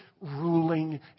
Ruling